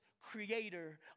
creator